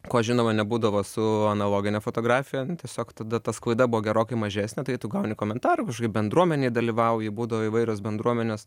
ko žinoma nebūdavo su analogine fotografija tiesiog tada ta sklaida buvo gerokai mažesnė tai tu gauni komentarų ir bendruomenėj dalyvauji būdavo įvairios bendruomenės